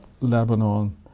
Lebanon